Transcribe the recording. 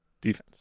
Defense